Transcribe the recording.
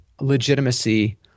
legitimacy